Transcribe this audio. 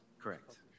correct